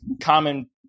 common